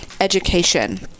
education